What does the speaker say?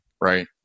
right